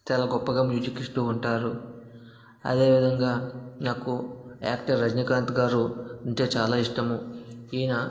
చాలా గొప్పగా మ్యూజిక్ ఇస్తూ ఉంటారు అదేవిధంగా నాకు యాక్టర్ రజనీకాంత్ గారు అంటే చాలా ఇష్టము ఈయన